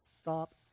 stop